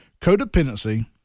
codependency